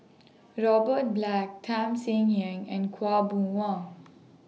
Robert Black Tham Sien Yen and Khaw Boon Wan